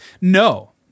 No